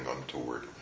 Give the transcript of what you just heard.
untoward